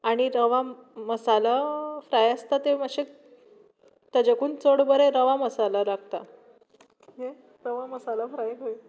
आनी रवा मसालो फ्राय आसता तें मातशें ताच्याकून चड बरें रवा मसाला लागता रवा मसाला फ्राय खंय